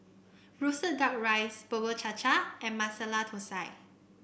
roasted duck rice Bubur Cha Cha and Masala Thosai